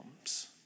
comes